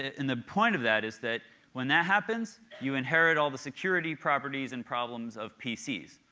and the point of that is that when that happens you inherit all the security properties and problems of pc's.